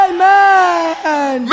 Amen